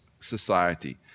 society